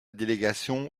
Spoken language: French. délégation